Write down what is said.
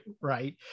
right